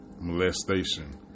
molestation